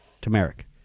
turmeric